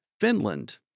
Finland